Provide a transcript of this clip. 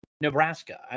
Nebraska